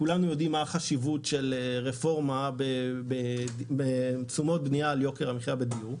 שכולנו יודעים מה החשיבות של רפורמה בתשומות בנייה ליוקר המחיה בדיור,